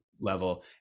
level